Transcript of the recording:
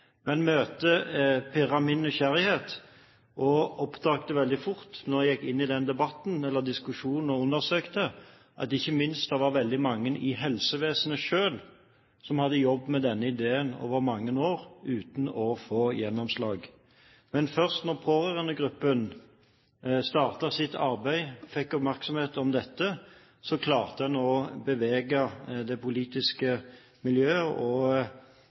Men møtet pirret min nysgjerrighet. Jeg oppdaget veldig fort da jeg gikk inn i diskusjonen og gjorde undersøkelser, at det ikke minst var veldig mange i helsevesenet som selv hadde jobbet med denne ideen over mange år uten å få gjennomslag. Men først da pårørendegruppen startet sitt arbeid og fikk oppmerksomhet om dette, klarte en å bevege det politiske miljøet. Det førte i hvert fall til at vi satte oss ned og